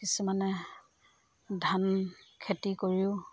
কিছুমানে ধান খেতি কৰিও